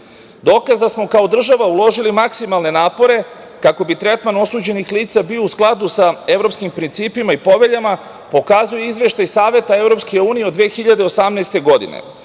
Dokaz da smo kao država uložili maksimalne napore, kako bi tretman osuđenih lica bio u skladu sa evropskim principima i poveljama, pokazuje Izveštaj Saveta EU od 2018. godine,